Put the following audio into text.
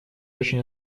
очень